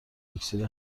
اکسیر